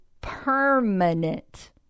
permanent